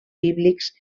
bíblics